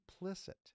implicit